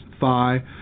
thigh